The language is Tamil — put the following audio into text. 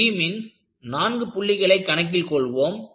ஒரு பீமின் நான்கு புள்ளிகளை கணக்கில் கொள்வோம்